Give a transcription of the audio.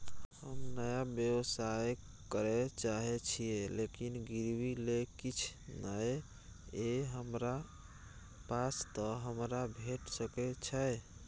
हम नया व्यवसाय करै चाहे छिये लेकिन गिरवी ले किछ नय ये हमरा पास त हमरा भेट सकै छै?